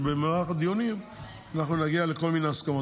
במהלך הדיונים אנחנו נגיע לכל מיני הסכמות.